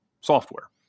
software